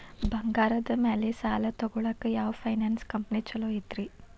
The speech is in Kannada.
ಬಂಗಾರದ ಮ್ಯಾಲೆ ಸಾಲ ತಗೊಳಾಕ ಯಾವ್ ಫೈನಾನ್ಸ್ ಕಂಪನಿ ಛೊಲೊ ಐತ್ರಿ?